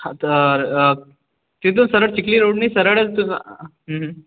हा तर तिथून सरळ चिखली रोडने सरळच